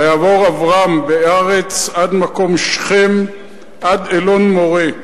ויעבור אברם בארץ עד מקום שכם עד אלון-מורה.